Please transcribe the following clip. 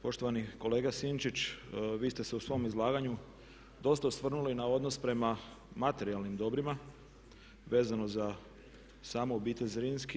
Poštovani kolega Sinčić, vi ste se u svom izlaganju dosta osvrnuli na odnos prema materijalnim dobrima vezano za samu obitelj Zrinski.